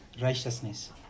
righteousness